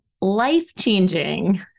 life-changing